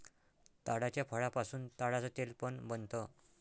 ताडाच्या फळापासून ताडाच तेल पण बनत